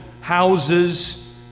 houses